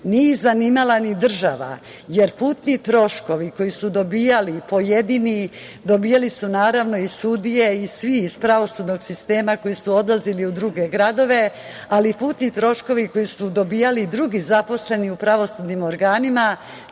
ih zanimala ni država, jer putni troškovi koji su dobijali pojedini, dobijali su naravno i sudije i svi iz pravosudnog sistema koji su odlazili u druge gradove, ali putni troškovi koji su dobijali drugi zaposleni u pravosudnim organima